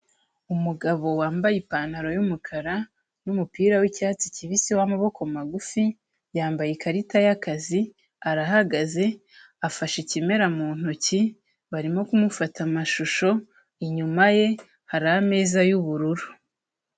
Umugabo wambaye ipantaro y'umukara n'umupira w'icyatsi kibisi w'amaboko magufi, yambaye ikarita y'akazi, arahagaze afashe ikimera mu ntoki barimo kumufata amashusho, inyuma ye hari ameza y'ubururu.